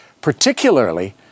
particularly